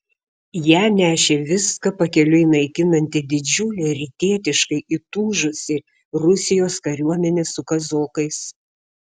ją nešė viską pakeliui naikinanti didžiulė rytietiškai įtūžusi rusijos kariuomenė su kazokais